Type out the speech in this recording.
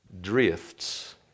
drifts